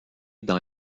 dans